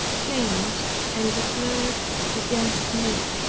changed and declared against me.